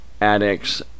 addicts